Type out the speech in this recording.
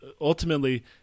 ultimately